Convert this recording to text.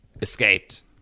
escaped